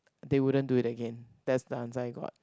they wouldn't do it again that's the answer I got